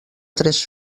tres